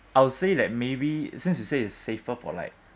I'll say that maybe since you say is safer for like